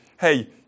hey